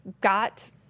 got